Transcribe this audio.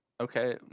Okay